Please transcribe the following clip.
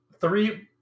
three